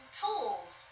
tools